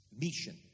mission